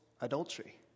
adultery